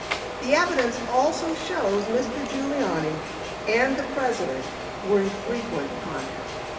the evidence also shows mr. giuliani and the president were in frequent contact.